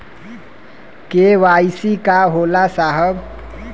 KYC का होला साहब?